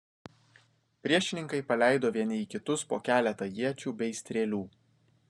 priešininkai paleido vieni į kitus po keletą iečių bei strėlių